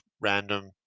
random